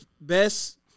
Best